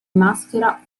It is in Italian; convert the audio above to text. maschera